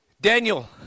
Daniel